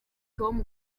tom